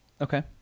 Okay